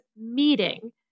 meeting